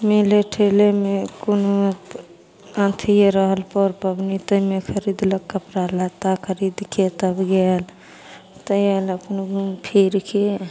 मेले ठेलेमे कोनो अथिए रहल पर पबनी ताहिमे खरिदलक कपड़ा लत्ता खरिदके तब गेल तऽ आएल अपन घुमिफिरिके